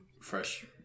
fresh